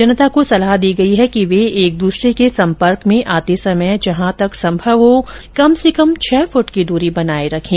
जनता को सलाह दी गई है कि वे एक दूसरे के संपर्क में आते समय जहां तक संभव हो कम से कम छह फूट की दूरी बनाए रखें